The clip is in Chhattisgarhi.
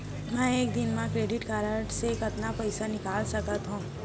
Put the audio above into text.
मैं एक दिन म क्रेडिट कारड से कतना पइसा निकाल सकत हो?